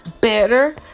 better